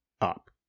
up